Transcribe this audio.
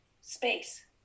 space